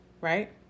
right